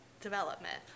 development